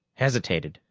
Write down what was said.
hesitated,